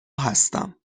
هستم